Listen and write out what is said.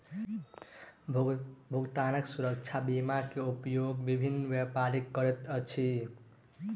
भुगतान सुरक्षा बीमा के उपयोग विभिन्न व्यापारी करैत अछि